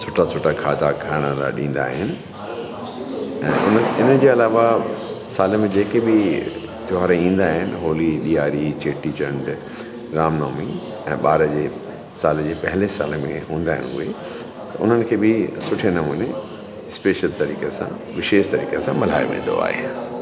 सुठा सुठा खाधा खाइण लाइ ॾींदा आहिनि ऐं उन इनजे अलावा साल में जेके बि त्यौहार ईंदा आहिनि होली ॾियारी चेटी चंड राम नवमी ऐं ॿार जे साल जे पहले साल में हूंदा आहिनि उहे उन्हनि खे बि सुठे नमूने स्पेशल तरीक़े सां विशेष तरीक़े सां मल्हाए वेंदो आहे